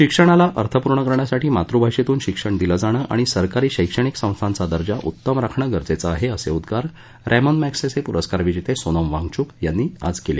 शिक्षणाला अर्थपूर्ण करण्यासाठी मातुभाषेतून शिक्षण दिले जाणे आणि सरकारी शैक्षणिक संस्थाचा दर्जा उत्तम राखणे गरजेचं आहे असं उद्गार रम्जि माजिसे पुरस्कार विजेते सोनम वांगचुक यांनी आज व्यक्त केलं